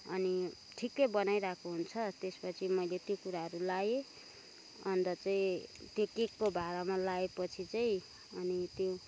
अनि ठिक्कै बनाइराखेको हुन्छ त्यसपछि मैले त्यो कुराहरू लाएँ अन्त चाहिँ त्यो केकको भाँडामा लाएपछि चाहिँ अनि त्यो